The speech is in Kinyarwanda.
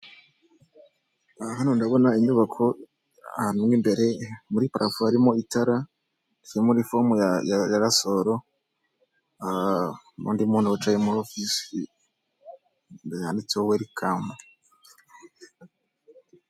Hano ndahabona inyubako ahantu mw'imbere muri harimo parafo itara zo muri fomu ya rasaro, n'undi muntu wicaye muri ofisi, imbere yanditseho welikamu.